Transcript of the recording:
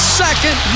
second